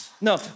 No